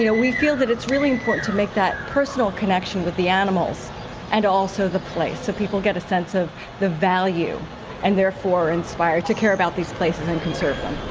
you know we feel that it's really important to make that personal connection with the animals and also the place, so people get a sense of value value and therefore are inspired to care about these places and conserve them.